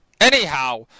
Anyhow